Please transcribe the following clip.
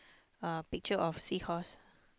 a picture of sea horse